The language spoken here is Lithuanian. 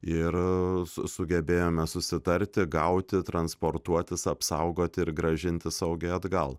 ir su sugebėjome susitarti gauti transportuotis apsaugoti ir grąžinti saugiai atgal